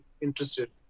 interested